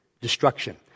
destruction